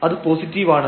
അത് പോസിറ്റീവാണ്